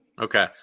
Okay